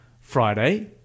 Friday